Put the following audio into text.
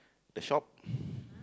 the shop